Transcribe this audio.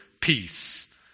Peace